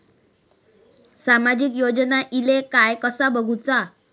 सामाजिक योजना इले काय कसा बघुचा?